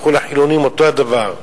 הלכו לחילונים, אותו הדבר,